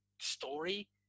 story